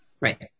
Right